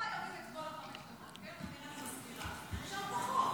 חייבים את כל החמש דקות, אפשר לקצר.